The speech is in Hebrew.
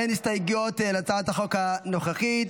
אין הסתייגויות להצעת החוק הנוכחית,